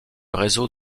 réseau